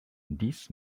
this